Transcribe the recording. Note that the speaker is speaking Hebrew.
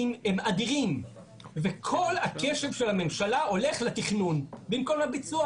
הם אדירים וכל הקשב של הממשלה הולך לתכנון במקום לביצוע.